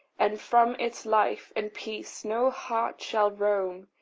and from its life and peace no heart shall roam,